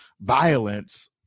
violence